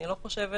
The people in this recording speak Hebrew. אני לא חושבת